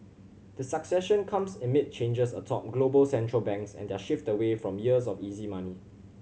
the succession comes amid changes atop global Central Banks and their shift away from years of easy money